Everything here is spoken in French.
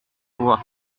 voix